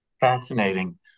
fascinating